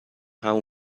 همون